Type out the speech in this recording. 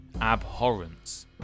abhorrence